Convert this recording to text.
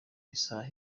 isaha